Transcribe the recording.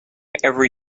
every